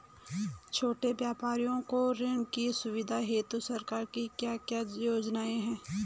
छोटे व्यापारियों को ऋण की सुविधा हेतु सरकार की क्या क्या योजनाएँ हैं?